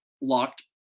Locked